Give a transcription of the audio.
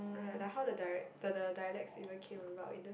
like like like how the dialect the the dialect even came about either